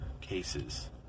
cases